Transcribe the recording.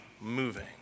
moving